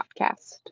Podcast